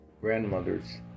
grandmothers